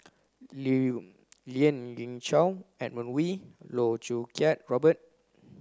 Lien Ying Chow Edmund Wee Loh Choo Kiat Robert